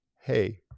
hey